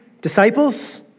disciples